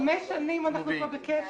איתן, חמש שנים אנחנו פה בקשר.